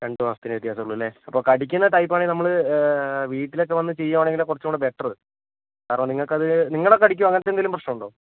രണ്ട് മാസത്തിന് വ്യത്യാസം ഉള്ളൂ അല്ലേ അപ്പോൾ കടിക്കുന്ന ടൈപ്പാണെങ്കിൽ നമ്മൾ വീട്ടിലൊക്കെ വന്ന് ചെയ്യുകയാണെങ്കിൽ കുറച്ചൂടെ ബെറ്റർ കാരണം നിങ്ങൾക്കത് നിങ്ങളെ കടിക്കുകയോ അങ്ങനത്തെ എന്തെങ്കിലും പ്രശ്നം ഉണ്ടോ